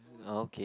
oh okay